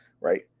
right